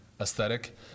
aesthetic